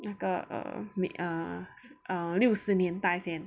那个 err err err 六十年代先